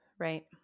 Right